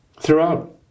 throughout